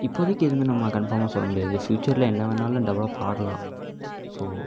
இப்போதிக்கு எதுவும் நம்ம கன்ஃபார்மாக சொல்ல முடியாது ஃபியூச்சரில் என்ன வேணாலும் டெவலப் ஆகலாம் ஸோ